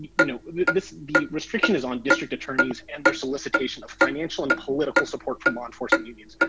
you know this, the restriction is on district attorneys and their solicitation of financial and political support from law enforcement unions,